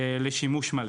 לשימוש מלא.